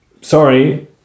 sorry